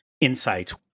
insights